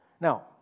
Now